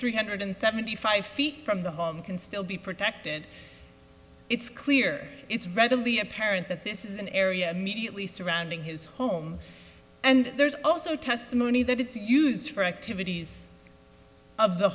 three hundred seventy five feet from the home can still be protected it's clear it's readily apparent that this is an area immediately surrounding his home and there's also testimony that it's used for activities of the